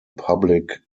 public